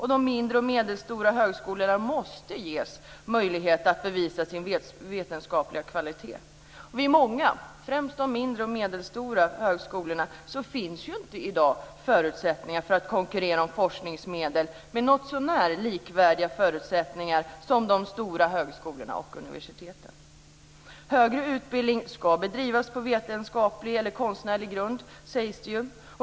De mindre och medelstora högskolorna måste ges möjlighet att bevisa sin vetenskapliga kvalitet. Vid många högskolor, främst de mindre och medelstora, finns inte i dag möjligheter att konkurrera om forskningsmedel med något så när likvärdiga förutsättningar som de stora högskolorna och universiteten. Högre utbildning ska bedrivas på vetenskaplig eller konstnärlig grund sägs det ju.